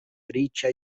riĉa